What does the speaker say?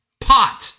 pot